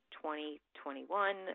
2021